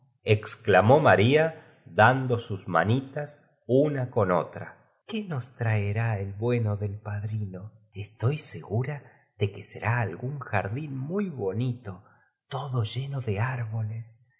exclamó maria dando sus v manitas una contra otra qué nos traerá el bueno del padrinot estoy segura de que ser algun vfspeta de navidad cuando el crepúsculo jardín muy bonito todo lleno de árboles